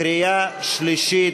קריאה שלישית.